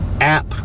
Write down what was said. app